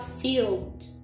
field